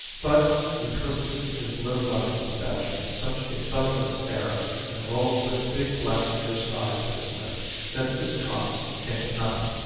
but he twisted his little black moustache with such a bellicose air and rolled such big, black fierce eyes at smith that this promise came to nothing.